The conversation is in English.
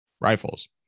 rifles